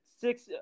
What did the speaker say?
six